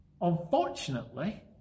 Unfortunately